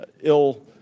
ill